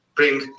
Bring